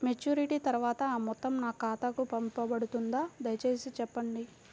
Maturity తర్వాత ఆ మొత్తం నా ఖాతాకు పంపబడుతుందా? దయచేసి చెప్పండి?